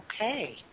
Okay